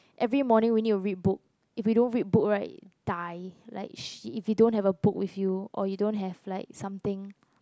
every morning we need to read book if we don't read book right die like she if you don't have a book with you or you don't have like something